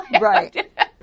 right